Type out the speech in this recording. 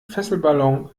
fesselballon